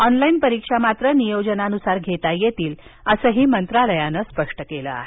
online परीक्षा मात्र नियोजनानुसार घेता येईलअसं मंत्रालयानं स्पष्ट केलं आहे